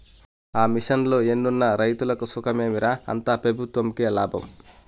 ఆ మిషన్లు ఎన్నున్న రైతులకి సుఖమేమి రా, అంతా పెబుత్వంకే లాభం